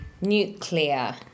Nuclear